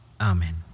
Amen